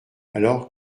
alors